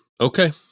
okay